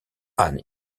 anne